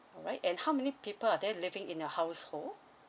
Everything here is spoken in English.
alright and how many people are there living in your household